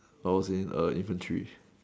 I was in err infantry